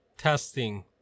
testing